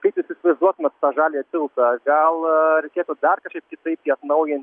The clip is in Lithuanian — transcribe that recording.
kaip jūs įsivaizduotumėt tą žaliąjį tiltą gal reikėtų dar kažkaip kitaip jį atnaujinti